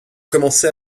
commencer